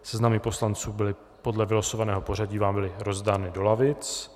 Seznamy poslanců podle vylosovaného pořadí vám byly rozdány do lavic.